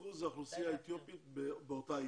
אחוז האוכלוסייה האתיופית באותה עיר.